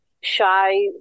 shy